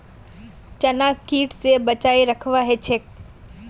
चनाक कीट स बचई रखवा ह छेक